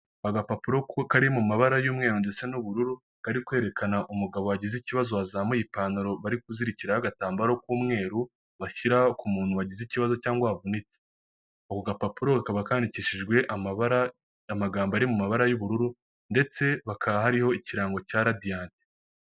Agapapuro kuko kari mu mabara y'umweru ndetse n'ubururu kari kwerekana umugabo wagize ikibazo wazamuye ipantaro bari kuzirikiraho agatambaro k'umweru bashyira ku muntu wagize ikibazo cyangwa wavunitse, ako gapapuro kaba kandikishijwe amabara y'amagambo ari mu mabara y'ubururu ndetse kaba hariho ikirango cya radiyante.